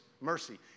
mercy